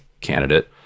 candidate